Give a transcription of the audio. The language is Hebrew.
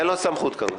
אין לו סמכות כזו.